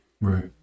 Right